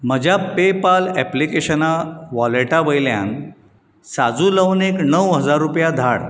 म्हज्या पेपाल ऐप्लकेशनां वॉलेटा वयल्यान साजू लवणेक णव हजार रुपया धाड